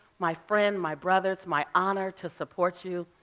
my friend, my brother. it's my honor to support you.